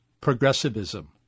progressivism